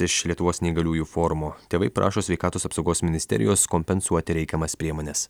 iš lietuvos neįgaliųjų forumo tėvai prašo sveikatos apsaugos ministerijos kompensuoti reikiamas priemones